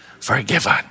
forgiven